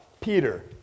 Peter